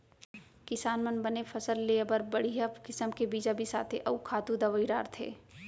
किसान मन बने फसल लेय बर बड़िहा किसम के बीजा बिसाथें अउ खातू दवई डारथें